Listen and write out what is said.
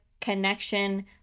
connection